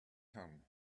turn